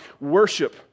worship